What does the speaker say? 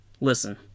Listen